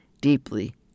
Deeply